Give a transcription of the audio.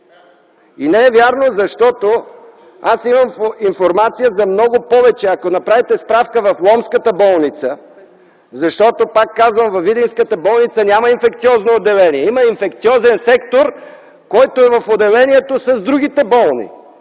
Не е вярно, защото аз имам информация за много повече. Ако направите справка, в Ломската болница, защото, пак казвам, във Видинската болница няма Инфекциозно отделение, има Инфекциозен сектор, който е в отделението с другите болни.